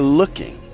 looking